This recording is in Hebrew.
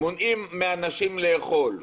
מונעים מאנשים לאכול.